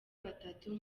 batatu